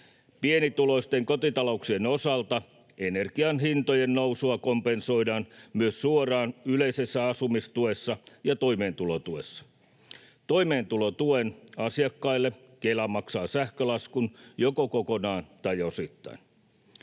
Pienituloisten kotitalouksien osalta energian hintojen nousua kompensoidaan myös suoraan yleisessä asumistuessa ja toimeentulotuessa. Toimeentulotuen asiakkaille Kela maksaa sähkölaskun joko kokonaan tai osittain.